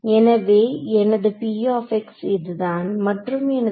எனவே எனது இதுதான் மற்றும் எனது